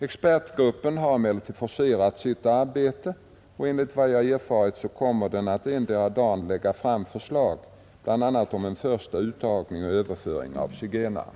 Expertgruppen har emellertid forcerat sitt arbete och enligt vad jag erfarit kommer den att endera dagen lägga fram förslag bl.a. om en första uttagning och överföring av zigenare.